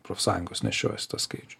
profsąjungos nešiojasi tą skaičių